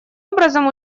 образом